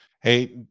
Hey